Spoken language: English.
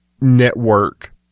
network